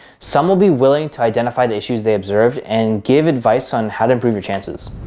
some will be willing to identify the issues they observed and give advice on how to improve your chances.